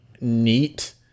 neat